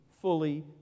fully